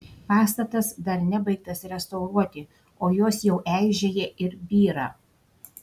pastatas dar nebaigtas restauruoti o jos jau eižėja ir byra